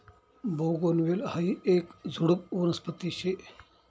बोगनवेल हायी येक झुडुप वनस्पती शे